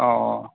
अह